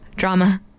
drama